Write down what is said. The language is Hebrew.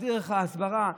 הסברה,